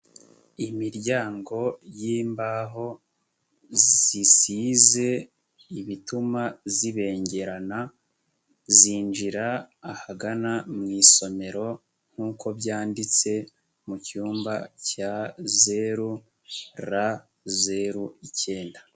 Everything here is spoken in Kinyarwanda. Imiryango y'imbaho zisize ibituma zibengerana, zinjira ahagana mu isomero nk'uko byanditse mu cyumba cya zeru, ra zeru, ikenda.